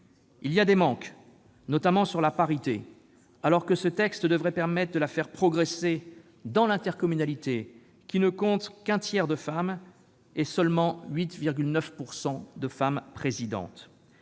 des manques, notamment sur la parité, alors que ce texte devrait permettre de la faire progresser au sein des EPCI, qui ne comptent qu'un tiers de femmes et seulement 8,9 % de femmes présidentes.